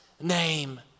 name